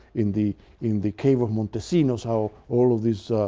in the in the cave of montesinos how all of these